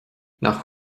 nach